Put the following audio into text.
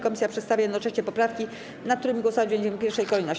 Komisja przedstawia jednocześnie poprawki, nad którymi głosować będziemy w pierwszej kolejności.